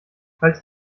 falls